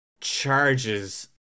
charges